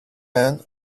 ran